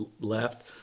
left